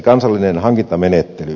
kansallinen hankintamenettely